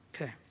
Okay